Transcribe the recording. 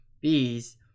bee's